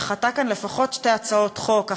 דחתה כאן לפחות שתי הצעות חוק,